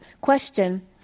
question